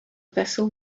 vessel